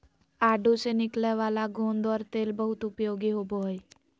आडू से निकलय वाला गोंद और तेल बहुत उपयोगी होबो हइ